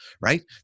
right